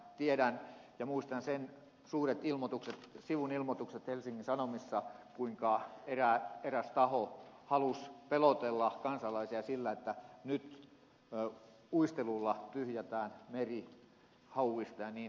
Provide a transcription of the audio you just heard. tiedän ja muistan suuret sivun ilmoitukset helsingin sanomissa kuinka eräs taho halusi pelotella kansalaisia sillä että nyt uistelulla tyhjätään meri hauista ja niin edelleen